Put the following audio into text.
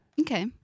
Okay